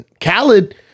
Khaled